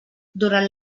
durant